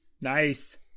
Nice